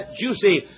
juicy